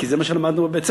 כי זה מה שלמדנו בבית-הספר.